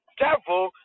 devil